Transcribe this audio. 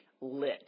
lit